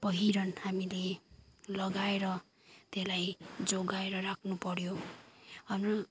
पहिरन हामीले लगाएर त्यसलाई जोगाएर राख्नु पऱ्यो हाम्रो